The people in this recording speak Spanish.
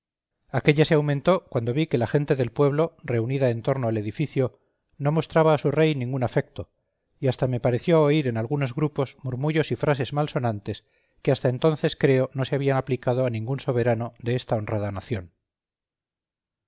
aquélla se aumentó cuando vi que la gente del pueblo reunida en torno al edificio no mostraba a su rey ningún afecto y hasta me pareció oír en algunos grupos murmullos y frases mal sonantes que hasta entonces creo no se habían aplicado a ningún soberano de esta honrada nación